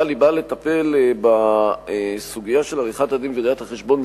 אבל היא באה לטפל בסוגיה של עריכת-הדין וראיית-החשבון,